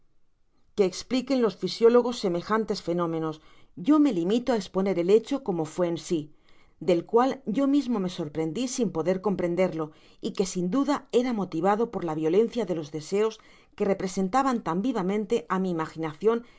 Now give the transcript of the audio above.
que espliquen los fisiólogos semejantes fenómenos yo me limito á esponer el hecho como fue en si del cual yo mismo me sorprendi sin poder oomprenderlo y que sin duda era motivado por la violencia de los deseos que representaban tan vivamente á mi imaginacion